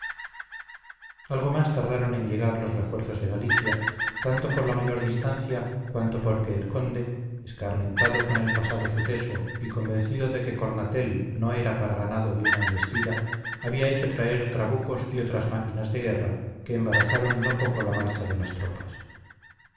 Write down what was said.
algo más tardaron en llegar los refuerzos de galicia tanto por la mayor distancia cuanto porque el conde escarmentado con el pasado suceso y convencido de que cornatel no era para ganado de una embestida había hecho traer trabucos y otras máquinas de guerra que embarazaron no poco la marcha de las tropas